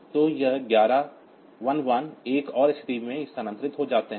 तो यह 11 एक और स्थिति से स्थानांतरित हो जाते हैं